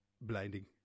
Blinding